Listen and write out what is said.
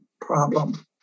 problem